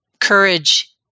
courage